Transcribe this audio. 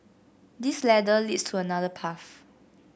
this ladder leads to another path